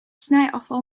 snijafval